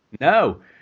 No